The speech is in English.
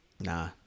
Nah